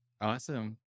Awesome